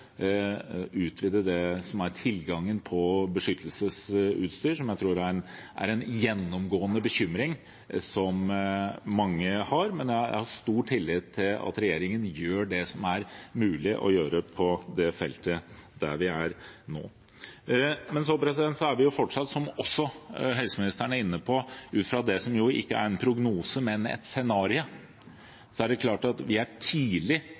tilgangen på beskyttelsesutstyr, som jeg tror er en gjennomgående bekymring mange har. Men jeg har stor tillit til at regjeringen gjør det som er mulig å gjøre på dette feltet, der vi er nå. Som også helseministeren var inne på, er vi jo – ut fra det som ikke er en prognose, men et scenario – fortsatt tidlig i en situasjon som fort kan utvikle seg til noe helt annet om bare kort tid. Jeg tror det er